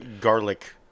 garlic